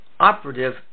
operative